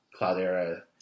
Cloudera